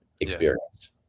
experience